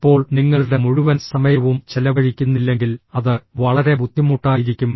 അപ്പോൾ നിങ്ങളുടെ മുഴുവൻ സമയവും ചെലവഴിക്കുന്നില്ലെങ്കിൽ അത് വളരെ ബുദ്ധിമുട്ടായിരിക്കും